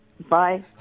Bye